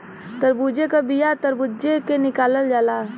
तरबूजे का बिआ तर्बूजे से निकालल जाला